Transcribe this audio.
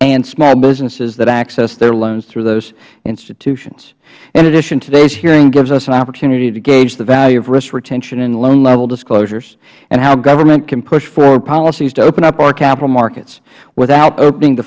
and small businesses that access their loans through those institutions in addition today's hearing gives us an opportunity to gage the value of risk retention in loan level disclosures and how government can push forward policies to open up our capital markets without opening the